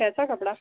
कैसा कपड़ा